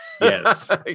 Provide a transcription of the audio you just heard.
Yes